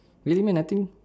really meh nothing